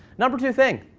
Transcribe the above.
number two thing,